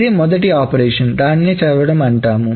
ఇదే మొదటి ఆపరేషన్ దానినే చదవడం అంటాం